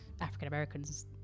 African-Americans